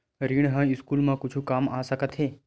ऋण ह स्कूल मा कुछु काम आ सकत हे?